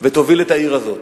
ותוביל את העיר הזאת,